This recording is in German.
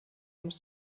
muss